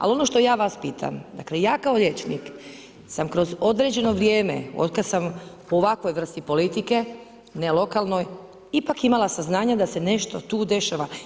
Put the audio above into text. Ali ono što ja vas pitam, dakle ja kao liječnik sam kroz određeno vrijeme od kad sam u ovakvoj vrsti politike, ne lokalnoj, ipak imala saznanja da se nešto tu dešava.